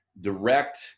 direct